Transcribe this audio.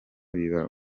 biba